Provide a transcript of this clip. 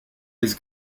his